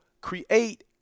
create